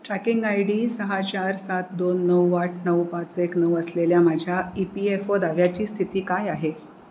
tracking I D सहा चार सात दोन नऊ आठ नऊ पाच एक नऊ असलेल्या माझ्या ई पी एफ ओ दाव्याची स्थिती काय आहे